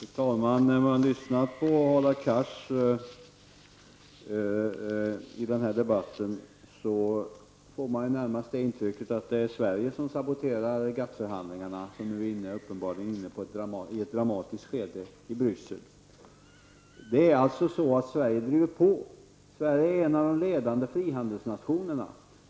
Fru talman! När man lyssnar på Hadar Cars i den här debatten får man närmast intrycket att det är Sverige som saboterar GATT-förhandlingarna, som nu uppenbarligen är inne i ett dramatiskt skede, i Bryssel. Det är så att Sverige driver på. Sverige är en av de ledande frihandelsnationerna.